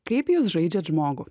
kaip jūs žaidžiat žmogų